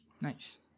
Nice